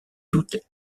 tout